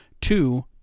two